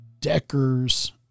Decker's